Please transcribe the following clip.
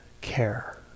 care